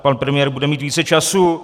Pan premiér bude mít více času.